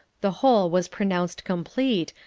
the whole was pronounced complete,